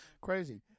crazy